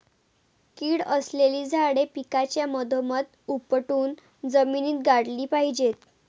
कीड असलेली झाडे पिकाच्या मधोमध उपटून जमिनीत गाडली पाहिजेत